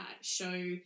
show